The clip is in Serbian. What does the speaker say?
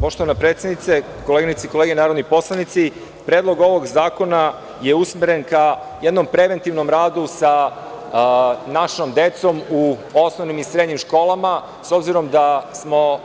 Poštovana predsednice, koleginice i kolege narodni poslanici, Predlog ovog zakona je usmeren ka jednom preventivnom radu sa našom decom u osnovnim i srednjim školama, s obzirom da smo